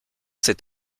s’est